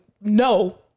no